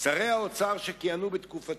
שרי האוצר שכיהנו בתקופתי,